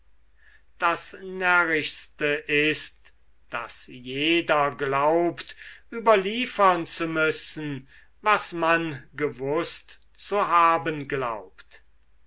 das närrischste ist daß jeder glaubt überliefern zu müssen was man gewußt zu haben glaubt